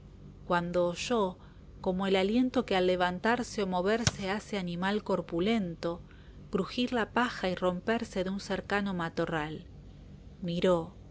cuando oyó como el aliento que al levantarse o moverse hace animal corpulento crujir la paja y romperse de un cercano matorral miró